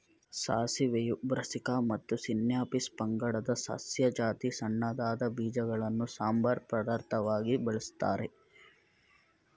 ಸಾಸಿವೆಯು brassica ಮತ್ತು sinapis ಪಂಗಡದ ಸಸ್ಯ ಜಾತಿ ಸಣ್ಣದಾದ ಬೀಜಗಳನ್ನು ಸಂಬಾರ ಪದಾರ್ಥವಾಗಿ ಬಳಸ್ತಾರೆ